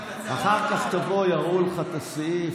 אחר כך תבוא, יראו לך את הסעיף.